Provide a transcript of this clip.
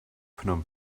phnom